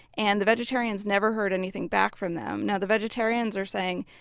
and the vegetarians never heard anything back from them now the vegetarians are saying,